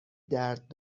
درد